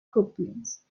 couplings